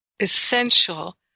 essential